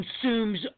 consumes